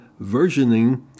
versioning